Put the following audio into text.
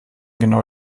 genau